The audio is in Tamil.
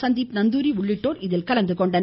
சந்தீப் நந்தூரி உள்ளிட்டோர் கலந்துகொண்டனர்